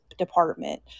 Department